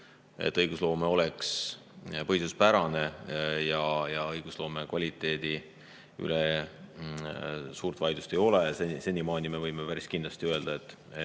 et õigusloome on põhiseaduspärane ja õigusloome kvaliteedi üle suurt vaidlust ei ole, me võime päris kindlasti öelda, et